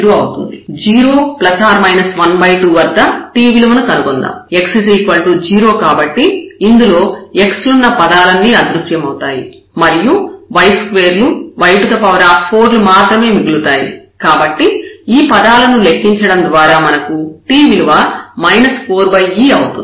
0 ±12 వద్ద t విలువను కనుగొందాం x 0 కాబట్టి ఇందులో x లున్న పదాలన్నీ అదృశ్యమవుతాయి మరియు y2 లు y4 లు మాత్రమే మిగులుతాయి కాబట్టి ఈ పదాలను లెక్కించడం ద్వారా మనకు t విలువ 4e అవుతుంది